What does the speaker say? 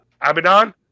Abaddon